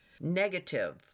Negative